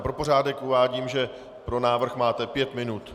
Pro pořádek uvádím, že pro návrh máte pět minut.